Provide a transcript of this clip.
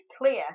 clear